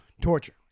Torture